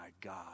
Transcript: God